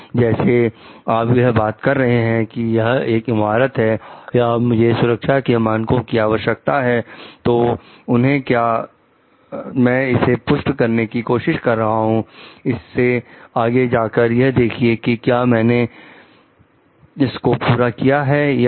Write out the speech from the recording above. जैसे आप यह बात कर रहे हैं कि यह एक इमारत है या मुझे सुरक्षा के मानकों की आवश्यकता है तोप उन्हें क्या मैं इसे पुष्ट करने की कोशिश कर रहा हूं इससे आगे जाकर यह देखिए कि क्या मैंने को को पूरा किया है या नहीं